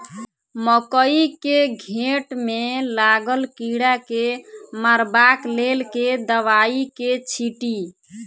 मकई केँ घेँट मे लागल कीड़ा केँ मारबाक लेल केँ दवाई केँ छीटि?